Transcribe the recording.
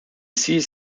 sees